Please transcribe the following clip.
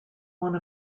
one